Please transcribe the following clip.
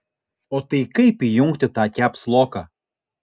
o tai kaip įjungti tą kepsloką